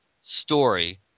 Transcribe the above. story